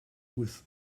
with